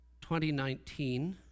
2019